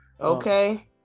Okay